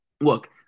look